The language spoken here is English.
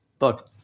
look